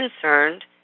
concerned